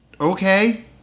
Okay